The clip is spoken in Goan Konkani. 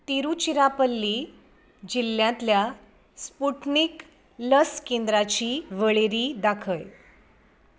तिरुचिरापल्ली जिल्ल्यांतल्या स्पुटनिक लस केंद्राची वळेरी दाखय